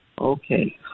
Okay